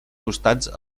costats